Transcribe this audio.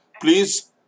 please